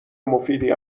مفیدی